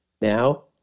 now